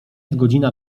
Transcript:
godzina